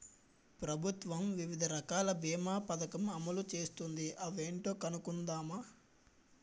ప్రభుత్వం వివిధ రకాల బీమా పదకం అమలు చేస్తోంది అవేంటో కనుక్కుందామా?